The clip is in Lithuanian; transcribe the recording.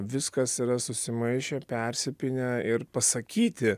viskas yra susimaišę persipynę ir pasakyti